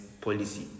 policy